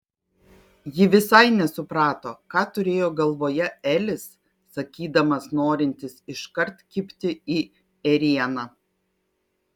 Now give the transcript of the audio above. ji visai nesuprato ką turėjo galvoje elis sakydamas norintis iškart kibti į ėrieną